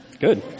Good